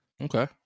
Okay